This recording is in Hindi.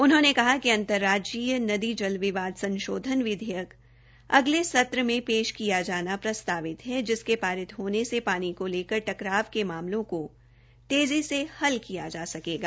उन्होंने कहा कि अन्तर्राज्यीय नदी जल विवाद संशोधन विधेयक अगले सत्र म पेश किया जाना प्रस्तावित हे जिसके तहत पारित होने वाले से पानी को लेकर टकराव के मामलों को तेज़ी से हल किया जा सकेगा